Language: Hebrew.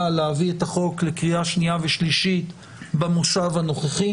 להביא את החוק לקריאה שנייה ושלישית במושב הנוכחי.